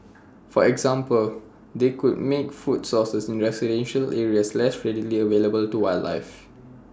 for example they could make food sources in residential areas less readily available to wildlife